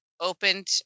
opened